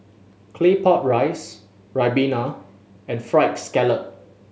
Claypot Rice ribena and Fried Scallop